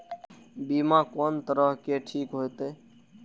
बीमा कोन तरह के ठीक होते?